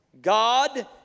God